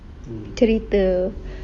cerita